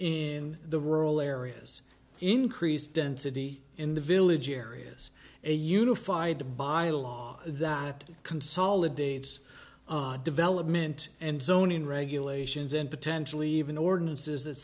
in the rural areas increased density in the village areas a unified by law that consolidates development and zoning regulations and potentially even ordinances